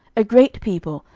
a great people,